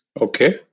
okay